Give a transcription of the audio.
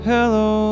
Hello